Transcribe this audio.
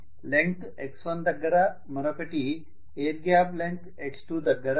ఒకటి length x1 దగ్గర మరొకటి ఎయిర్ గ్యాప్ లెంగ్త్ x2 దగ్గర